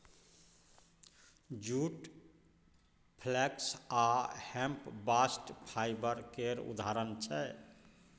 जुट, flax आ hemp bast fibre केर उदाहरण छै